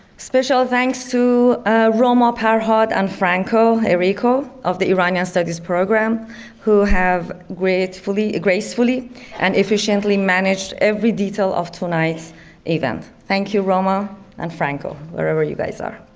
special thanks to roma parhad and franco errico of the iranian studies program who have gracefully gracefully and efficiently managed every detail of tonight's event. thank you roma and franco wherever you guys are.